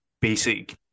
basic